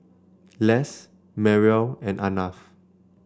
Les Mariel and Arnav